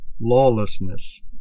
lawlessness